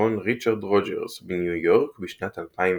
בתיאטרון ריצ'רד רודג'רס בניו יורק בשנת 2016,